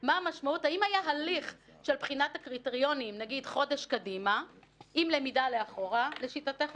מה יש בפעילות במרחב הציבורי, בין אם זה ברשתות,